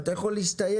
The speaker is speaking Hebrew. אבל אתה יכול להסתייג,